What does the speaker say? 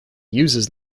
uses